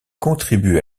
contribue